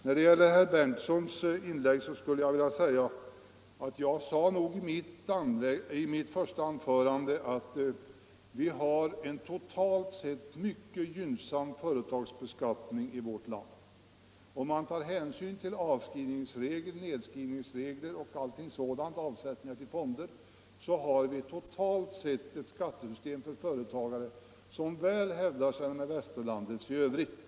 När det gäller herr Benrdtsons inlägg skulle jag vilja säga att jag nog i mitt första anförande sade att vi har en totalt sett mycket gynnsam företagsbeskattning i vårt land. Om man tar hänsyn till avskrivningsregler, nedskrivningsregler, avsättningar till fonder etc. har vi totalt sett ett skattesystem för företagare som väl hävdar sig vid en jämförelse med västvärlden i övrigt.